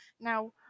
Now